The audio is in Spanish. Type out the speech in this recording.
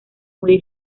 muy